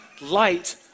light